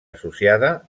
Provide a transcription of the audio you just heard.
associada